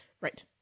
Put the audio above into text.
right